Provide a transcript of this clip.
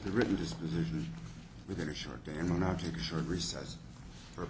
the written disposition within a short day and an object should recess for